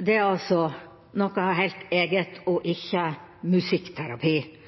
er noe helt eget – og ikke musikkterapi.